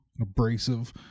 abrasive